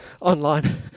online